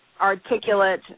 articulate